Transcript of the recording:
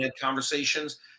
conversations